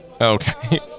Okay